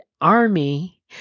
army